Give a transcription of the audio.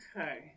Okay